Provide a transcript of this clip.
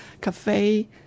cafe